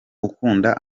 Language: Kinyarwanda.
ukunda